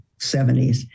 70s